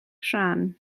rhan